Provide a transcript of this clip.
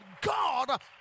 God